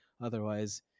Otherwise